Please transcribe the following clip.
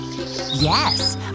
Yes